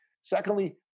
Secondly